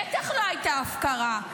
בטח שלא הייתה הפקרה.